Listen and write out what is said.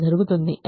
ఎందుకంటే X1 3